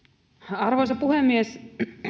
arvoisa puhemies